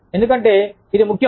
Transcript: ఎందుకంటే ఇది ముఖ్యం